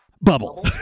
Bubble